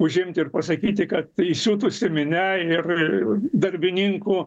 užimti ir pasakyti kad įsiutusi minia ir darbininkų